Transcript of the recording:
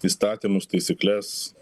įstatymus taisykles